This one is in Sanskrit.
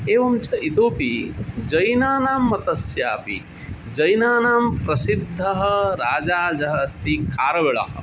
एवं च इतोऽ पि जैनानां मतस्यापि जैनानां प्रसिद्धः राजा ज अस्ति खारविळः